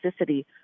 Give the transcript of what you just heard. toxicity